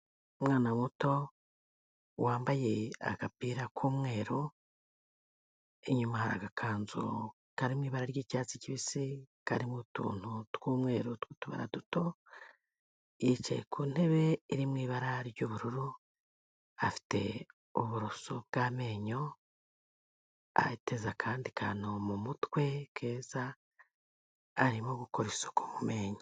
Umwana muto wambaye agapira k'umweru, inyuma hari agakanzu karimo ibara ry'icyatsi kibisi karimo utuntu tw'umweru tw'utubara duto, yicaye ku ntebe iri mu ibara ry'ubururu, afite uburoso bw'amenyo ateza akandi kantu mu mutwe keza, arimo gukora isuku mu menyo.